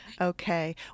okay